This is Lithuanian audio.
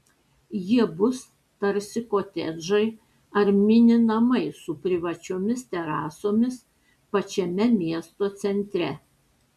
jie bus tarsi kotedžai ar mini namai su privačiomis terasomis pačiame miesto centre